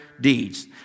deeds